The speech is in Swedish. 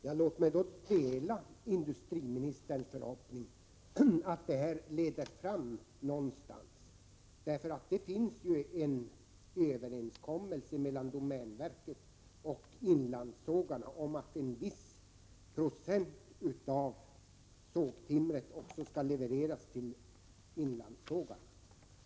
Herr talman! Jag delar industriministerns förhoppning att min fråga kommer att leda till något resultat. Det finns en överenskommelse mellan domänverket och inlandssågarna om att en viss procent av sågtimret skall levereras till dessa sågar.